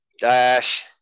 Dash